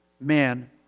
man